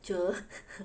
这